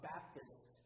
Baptist